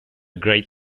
great